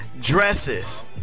dresses